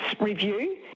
review